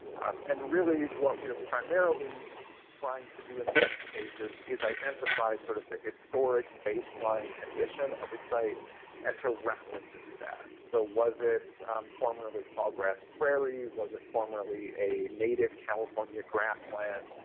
and really, what we are primarily trying to do in most cases is identify sort of the historic baseline condition of the site and to replicate that. so was it formerly tall grass prairie? was it formerly a native california grassland?